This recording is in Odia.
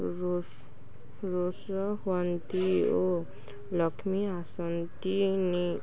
ରୋଷ ହୁଅନ୍ତି ଓ ଲକ୍ଷ୍ମୀ ଆସନ୍ତିନି